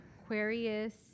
aquarius